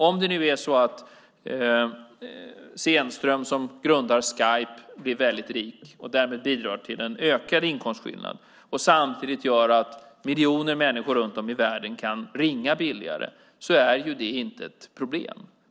Om det nu är så att Niklas Zennström som grundar Skype blir väldigt rik och därmed bidrar till en ökad inkomstskillnad och det samtidigt gör att miljoner människor runt om i världen kan ringa billigare är det inte ett problem.